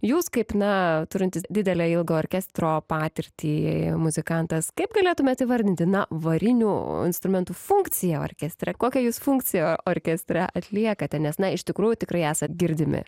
jūs kaip na turintis didelę ilgo orkestro patirtį muzikantas kaip galėtumėt įvardinti na varinių instrumentų funkciją orkestre kokią jūs funkciją orkestre atliekate nes na iš tikrųjų tikrai esat girdimi